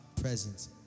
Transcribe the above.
presence